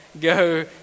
go